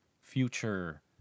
future